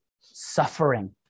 suffering